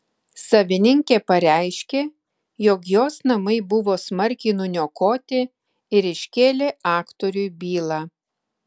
savininkė pareiškė jog jos namai buvo smarkiai nuniokoti ir iškėlė aktoriui bylą